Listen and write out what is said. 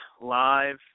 live